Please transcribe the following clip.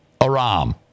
Aram